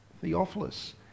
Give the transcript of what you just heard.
Theophilus